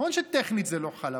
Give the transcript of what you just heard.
נכון שטכנית זה לא חל,